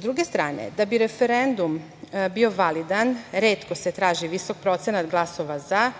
druge strane, da bi referendum bio validan retko se traži visok procenat glasova za,